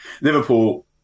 Liverpool